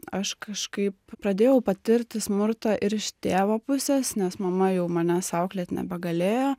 aš kažkaip pradėjau patirti smurtą ir iš tėvo pusės nes mama jau manęs auklėt nebegalėjo